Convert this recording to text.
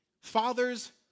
Fathers